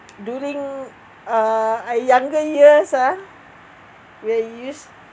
during uh a younger years ah where you use